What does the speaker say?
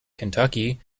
kentucky